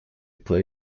play